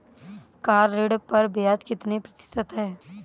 Car ऋण पर ब्याज कितने प्रतिशत है?